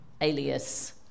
alias